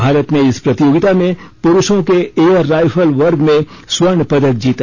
भारत ने इस प्रतियोगिता में पुरूषों के एयर राइफल वर्ग में स्वर्ण पदक जीता